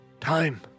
Time